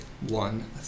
one